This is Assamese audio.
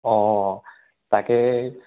অঁ তাকে